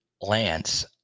Lance